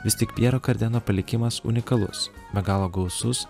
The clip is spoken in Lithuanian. vis tik pjero kardeno palikimas unikalus be galo gausus